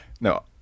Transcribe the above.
No